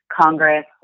Congress